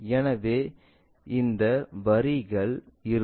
எனவே இந்த வரிகள் இருக்கும்